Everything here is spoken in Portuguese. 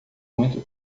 muito